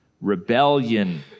rebellion